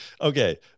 okay